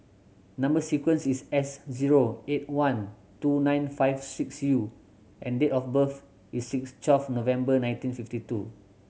number sequence is S zero eight one two nine five six U and date of birth is twelve November nineteen fifty two